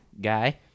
guy